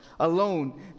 Alone